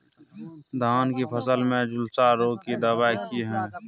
धान की फसल में झुलसा रोग की दबाय की हय?